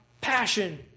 passion